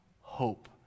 hope